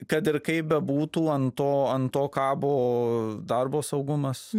kad ir kaip bebūtų ant to ant to kabo darbo saugumas